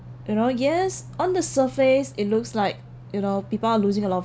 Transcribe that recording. in all yes on the surface it looks like you know people are losing a lot of